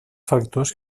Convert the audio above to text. factors